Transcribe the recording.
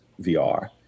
VR